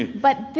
but then